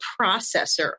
processor